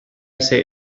say